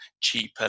cheaper